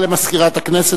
בכנסת,